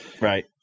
Right